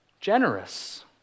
generous